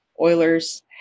Oilers